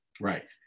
right